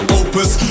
opus